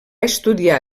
estudiar